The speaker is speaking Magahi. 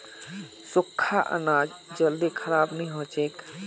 सुख्खा अनाज जल्दी खराब नी हछेक